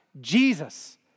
Jesus